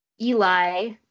Eli